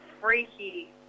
freaky